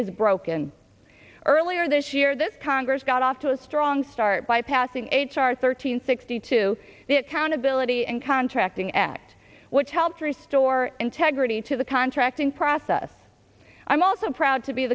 is broken earlier this year this congress got off to a strong start by passing h r thirteen sixty two the accountability and contracting act which helped restore integrity to the contracting process i'm also proud to be